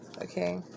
okay